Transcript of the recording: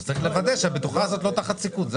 אז צריך לוודא שהבטוחה הזאת לא תחת סיכון,